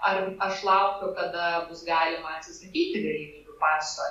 ar aš laukiu kada bus galima atsisakyti galimybių paso